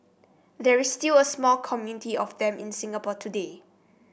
there is still a small community of them in Singapore today